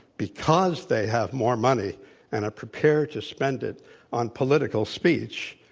because they have more money and are prepared to spend it on political speech,